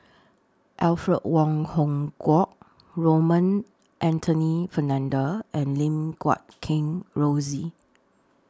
Alfred Wong Hong Kwok Raymond Anthony Fernando and Lim Guat Kheng Rosie